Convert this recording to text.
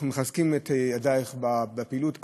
אנחנו מחזקים את ידייך בפעילות.